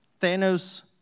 Thanos